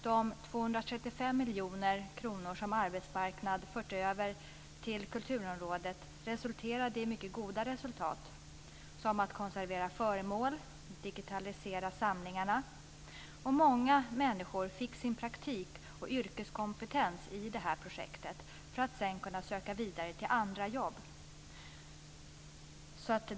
De 235 miljoner kronor som förts över från arbetsmarknadsområdet till kulturområdet resulterade i mycket goda resultat när det gällde att konservera föremål och digitalisera samlingarna. Många människor fick sin praktik och yrkeskompetens i detta projekt så att de sedan kunde söka vidare till andra jobb.